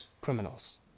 Criminals